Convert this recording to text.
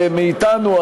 ומאתנו,